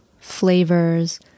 flavors